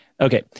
okay